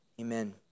Amen